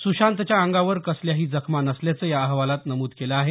सुशांतच्या अंगावर कसल्याही जखमा नसल्याचं या अहवालात नमूद केलं आहे